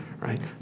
right